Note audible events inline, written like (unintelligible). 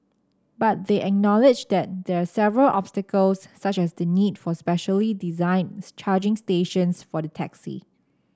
but they acknowledged that there are several obstacles such as the need for specially designed (unintelligible) charging stations for the taxi